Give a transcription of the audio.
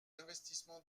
investissements